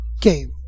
Game